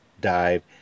dive